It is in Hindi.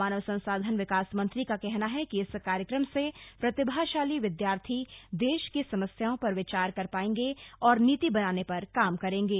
मानव संसाधन विकास मंत्री का कहना है कि इस कार्यक्रम से प्रतिभाशाली विद्यार्थी देश की समस्याओं पर विचार कर पाएंगे और नीति बनाने पर काम करेंगे